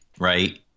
right